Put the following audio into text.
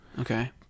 Okay